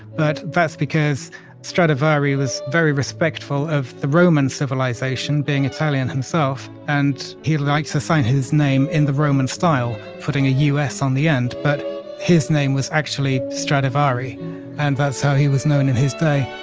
but that's because stradivari was very respectful of the roman civilization being italian himself. and he liked to sign his name in the roman style, putting a u s on the end, but his name was actually stradivari and that's how he was known in his day